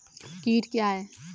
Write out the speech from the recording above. कीट क्या है?